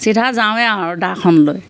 চিধা যাওঁৱে আৰু আৰু দাখন লৈ